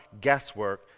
guesswork